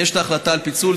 יש החלטה על פיצול.